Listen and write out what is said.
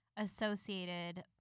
associated